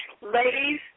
Ladies